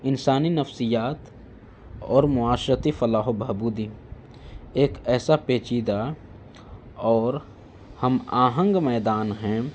انسانی نفسیات اور معاشرتی فلاح و بہبودی ایک ایسا پیچیدہ اور ہم آہنگ میدان ہیں